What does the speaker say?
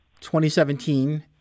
2017